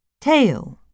tail